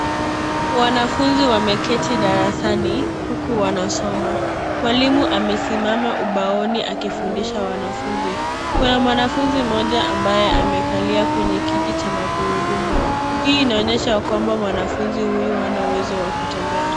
Wanafunzi wameketi darasani huku wanasoma. Mwalimu amesimama ubaoni akifundisha wanafunzi. Kuna mwanafunzi mmoja ambaye amekalia kwenye kiti cha magurudumu, hii inaonyesha kwamba mwanafunzi huyu hana uwezo wa kutembea.